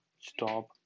stop